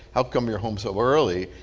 how come you're home so early?